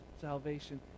salvation